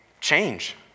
change